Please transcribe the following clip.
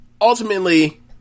ultimately